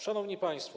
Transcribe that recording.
Szanowni Państwo.